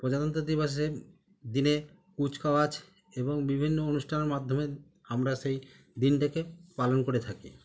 প্রজাতন্ত্র দিবসে দিনে কুচকাওয়াজ এবং বিভিন্ন অনুষ্ঠানের মাধ্যমে আমরা সেই দিনটাকে পালন করে থাকি